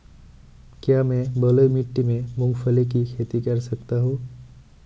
क्या मैं बलुई मिट्टी में मूंगफली की खेती कर सकता हूँ?